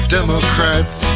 Democrats